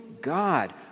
God